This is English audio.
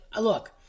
look